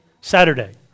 Saturday